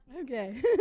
Okay